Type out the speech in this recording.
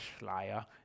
Schleier